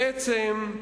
בעצם,